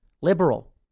liberal